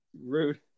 Rude